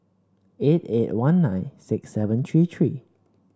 eight eight one nine six seven three three